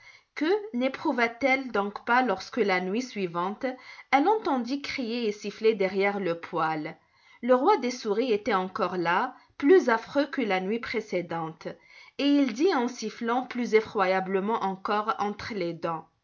que néprouva t elle donc pas lorsque la nuit suivante elle entendit crier et siffler derrière le poêle le roi des souris était encore là plus affreux que la nuit précédente et il dit en sifflant plus effroyablement encore entre les dents